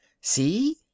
See